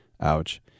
ouch